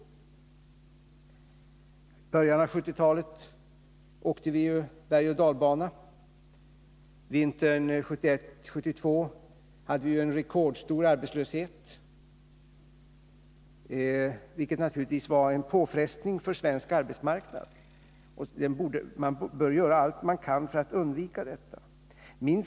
I början av 1970-talet åkte vi ju i konjunkturhänseende bergoch dalbana, och vintern 1971-1972 hade vi en rekordstor arbetslöshet. Denna utgjorde naturligtvis en påfrestning för svensk arbetsmarknad, och man bör göra allt man kan för att undvika en sådan.